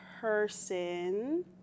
person